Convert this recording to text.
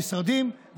אלו המשרדים.